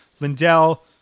Lindell